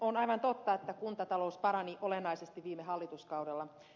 on aivan totta että kuntatalous parani olennaisesti viime hallituskaudella